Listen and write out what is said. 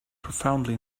profoundly